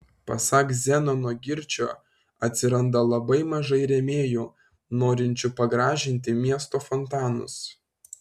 pasak zenono girčio atsiranda labai mažai rėmėjų norinčių pagražinti miesto fontanus